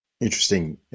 interesting